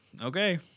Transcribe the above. okay